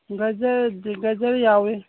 ꯒꯖꯔꯗꯤ ꯒꯖꯔ ꯌꯥꯎꯏ